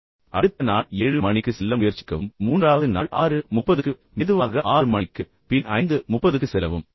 எனவே அடுத்த நாள் 7 மணிக்கு செல்ல முயற்சிக்கவும் மூன்றாவது நாள் 630க்கு மெதுவாக 6 மணிக்கு பின் 530க்கு செல்லவும்